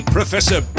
Professor